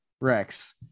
Rex